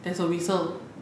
there's a whistle